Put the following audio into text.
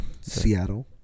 Seattle